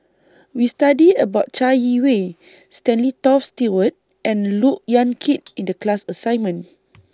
We studied about Chai Yee Wei Stanley Toft Stewart and Look Yan Kit in The class assignment